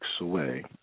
away